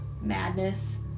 madness